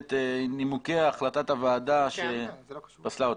את נימוקי החלטת הוועדה שפסלה אותו.